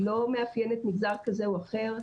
לא מאפיינת מגזר כזה או אחר,